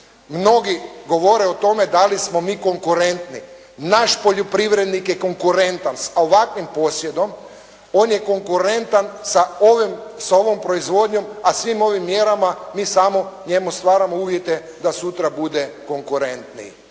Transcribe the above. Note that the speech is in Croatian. Mnogi govore o tome da li smo mi konkurentni. Naš poljoprivrednik je konkurentan s ovakvim posjedom, on je konkurentan sa ovom proizvodnjom, a svim ovim mjerama mi samo njemu stvaramo uvjete da sutra bude konkurentniji